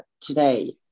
today